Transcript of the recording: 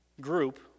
group